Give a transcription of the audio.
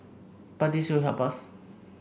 but this will help us